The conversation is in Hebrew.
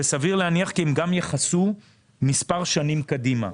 וסביר להניח שהם גם יכסו מספר שנים קדימה.